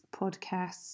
podcasts